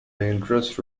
interest